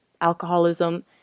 alcoholism